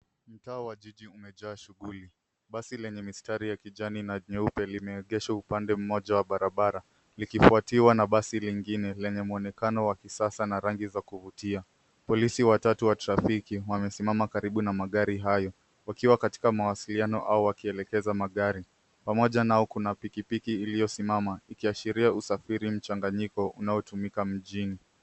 Mtaa wa jiji umejaa shughuli. Basi lenye mistari ya kijani na nyeupe limeegeshwa upande mmoja wa barabara likifuatiwa na basi lingine lenye mwonekano wa kisasa na rangi za kuvutia. Polisi watatu wa trafiki wamesimama karibu na magari hayo, wakiwa katika mawasiliano au wakielekeza magari. Pamoja nao kuna pikipiki iliyosimama ikiashiria usafiri mchanganyiko unaotumika mjini.